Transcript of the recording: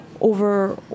over